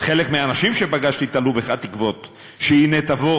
חלק מהאנשים שפגשתי תלו בך תקוות שהנה תבוא